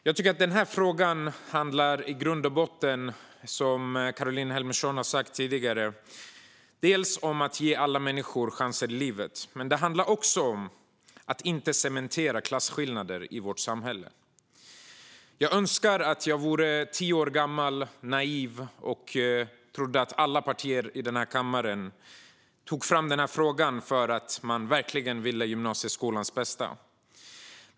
Jag tycker att denna fråga i grund och botten, som Caroline Helmersson sa tidigare, handlar dels om att ge alla människor chanser i livet, dels om att inte cementera klasskillnader i vårt samhälle. Jag önskar att jag vore tio år gammal och naiv och trodde att alla partier i denna kammare tog upp denna fråga för att man verkligen vill gymnasieskolans bästa.